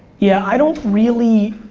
yeah, i don't really,